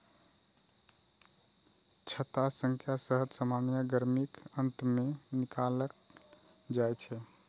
छत्ता सं शहद सामान्यतः गर्मीक अंत मे निकालल जाइ छै